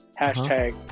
hashtag